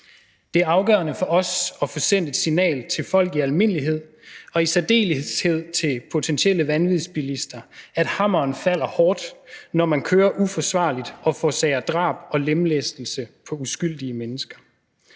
Det er afgørende for os at få sendt et signal til folk i almindelighed og i særdeleshed til potentielle vanvidsbilister om, at hammeren falder hårdt, når man kører uforsvarligt og forårsager drab og lemlæstelse på uskyldige mennesker.